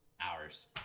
hours